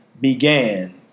began